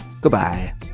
Goodbye